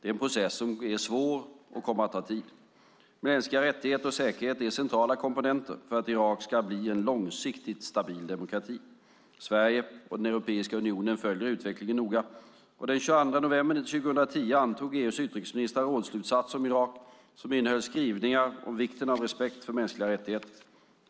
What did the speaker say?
Det är en process som är svår och kommer att ta tid. Mänskliga rättigheter och säkerhet är centrala komponenter för att Irak ska bli en långsiktigt stabil demokrati. Sverige och Europeiska unionen följer utvecklingen noga. Den 22 november 2010 antog EU:s utrikesministrar rådsslutsatser om Irak, som innehöll skrivningar om vikten av respekt för de mänskliga rättigheterna.